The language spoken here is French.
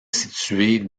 située